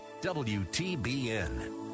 wtbn